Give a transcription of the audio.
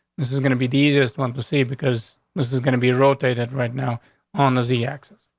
this is gonna be the easiest one to see because this is gonna be rotated right now on the z axis.